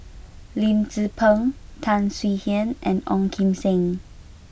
Lim Tze Peng Tan Swie Hian and Ong Kim Seng